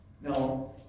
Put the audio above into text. Now